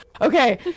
okay